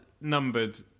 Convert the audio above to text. numbered